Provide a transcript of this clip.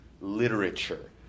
literature